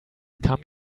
come